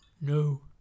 No